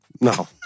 No